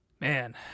Man